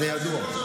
זה ידוע.